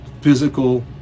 physical